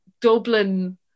Dublin